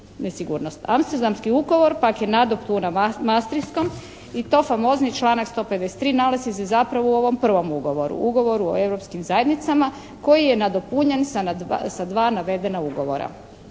Amsterdamski ugovor pak je nadopuna mastriškom i to famozni članak 153. nalazi se zapravo u ovom prvom ugovoru, Ugovoru o europskim zajednicama koji je nadopunjen sa dva navedena ugovora.